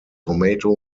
tomato